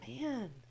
man